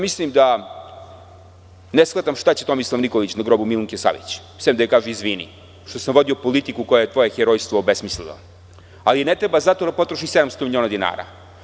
Mislim da ne shvatam šta će Tomislav Nikolić na grobu Milunke Savić, osim da joj kaže – izvini što sam vodio politiku koja je tvoje herojstvo obesmislila, ali ne treba zato da potroši 700 miliona dinara.